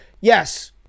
yes